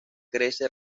crece